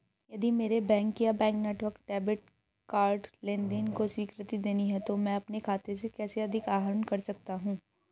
यदि मेरे बैंक या बैंक नेटवर्क को डेबिट कार्ड लेनदेन को स्वीकृति देनी है तो मैं अपने खाते से कैसे अधिक आहरण कर सकता हूँ?